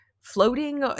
floating